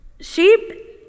sheep